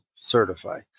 certify